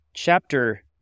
Chapter